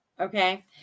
okay